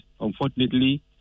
Unfortunately